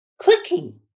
clicking